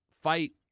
fight